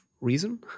reason